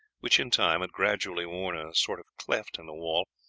which in time had gradually worn a sort of cleft in the wall,